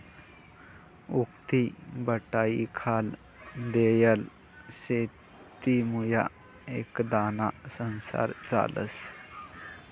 उक्तीबटाईखाल देयेल शेतीमुये एखांदाना संसार चालस